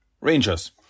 Rangers